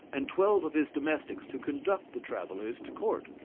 and twelve of his domestics to conduct the travellers to court.